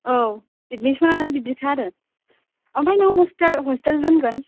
ओव एडमिसन आनो बिदिखो आरो ओमफ्राय नों हस्टेल हस्टेल दोनगोन